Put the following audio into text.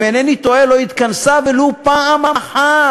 אם אינני טועה לא התכנסה ולו פעם אחת.